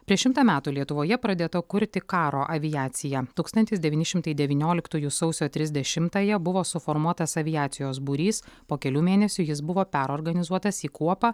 prieš šimtą metų lietuvoje pradėta kurti karo aviacija tūkstantis devyni šimtai devynioliktųjų sausio trisdešimąją buvo suformuotas aviacijos būrys po kelių mėnesių jis buvo perorganizuotas į kuopą